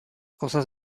cosas